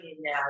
now